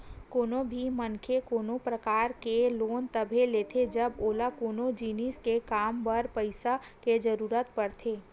कोनो भी मनखे कोनो परकार के लोन तभे लेथे जब ओला कोनो जिनिस के काम बर पइसा के जरुरत पड़थे